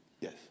Yes